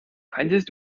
kanntest